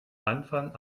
anfang